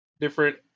different